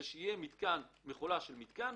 שתהיה מכולה של מתקן.